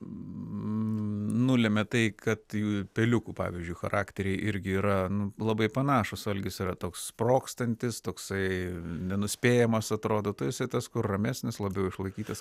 nulemia tai kad jų peliukų pavyzdžiui charakteriai irgi yra labai panašūs algis yra toks sprogstantis toksai nenuspėjamas atrodo tu esi tas kur ramesnis labiau išlaikytas